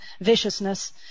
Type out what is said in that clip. viciousness